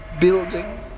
building